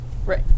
Right